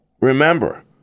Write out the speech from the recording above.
remember